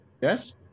Yes